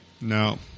No